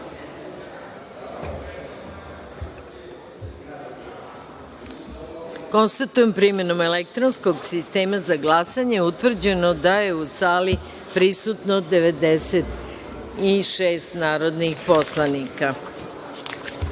da je, primenom elektronskog sistema za glasanje, utvrđeno da je u sali prisutno 96 narodnih poslanika. Poštovani